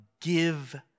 give